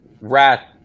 rat